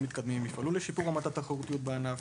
מתקדמים מקובלים; יפעלו לשיפור רמת התחרותיות בענף